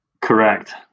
Correct